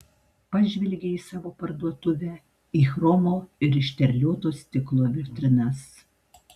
pažvelgė į savo parduotuvę į chromo ir išterlioto stiklo vitrinas